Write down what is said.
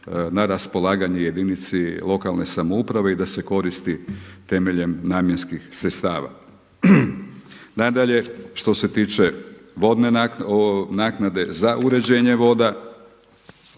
na raspolaganje jedinici lokalne samouprave i da se koristi temeljem namjenskih sredstava. Nadalje, što se tiče vodne naknade za uređenje voda,